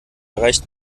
erreicht